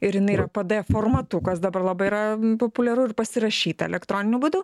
ir jinai yra pdf formatu kas dabar labai yra populiaru ir pasirašyta elektroniniu būdu